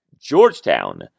Georgetown